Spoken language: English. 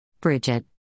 Bridget